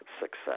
success